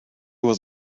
was